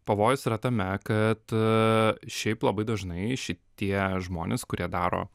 pavojus yra tame kad šiaip labai dažnai šitie žmonės kurie daro